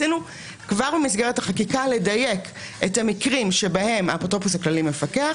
במסגרת החקיקה רצינו לדייק את המקרים שבהם האפוטרופוס הכללי יפקח,